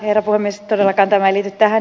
arvoisa herra puhemies